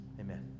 Amen